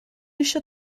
eisiau